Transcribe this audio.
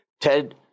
Ted